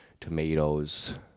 tomatoes